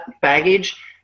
baggage